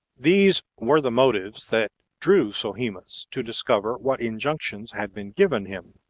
these were the motives that drew sohemus to discover what injunctions had been given him.